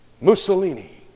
Mussolini